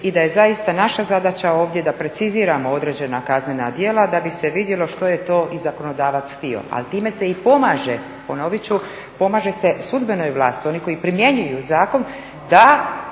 i da je zaista naša zadaća ovdje da preciziramo određena kazana djela da bi se vidjelo što je to i zakonodavac htio, a time se i pomaže, ponovit ću, pomaže sudbenoj vlasti oni koji primjenjuju zakon da